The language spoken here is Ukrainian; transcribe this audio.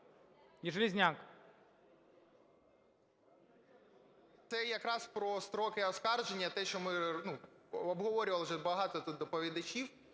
Я.І. Це якраз про строки оскарження – те, що ми, ну, обговорювали вже багато тут доповідачів.